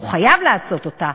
הוא חייב לעשות אותה,